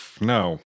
No